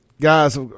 Guys